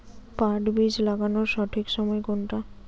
পাট বীজ লাগানোর সঠিক সময় কোনটা?